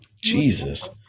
jesus